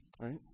right